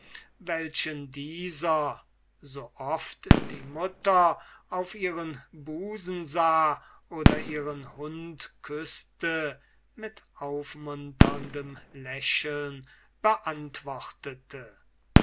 welchen dieser so oft die mutter auf ihren busen sah oder ihren hund küßte mit aufmunterndem lächeln beantwortete